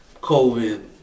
COVID